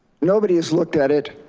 nobody has looked at it.